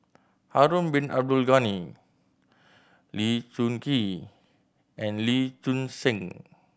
Harun Bin Abdul Ghani Lee Choon Kee and Lee Choon Seng